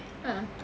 a'ah